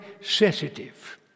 sensitive